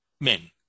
men